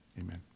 Amen